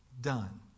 done